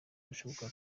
bushoboka